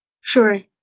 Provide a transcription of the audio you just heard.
Sure